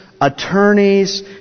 attorneys